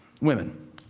Women